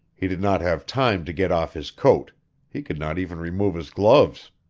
he did not have time to get off his coat he could not even remove his gloves.